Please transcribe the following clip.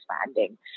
expanding